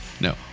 No